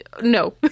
No